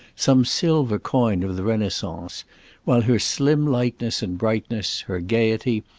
some silver coin of the renaissance while her slim lightness and brightness, her gaiety,